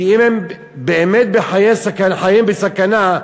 כי אם באמת חייהם בסכנה,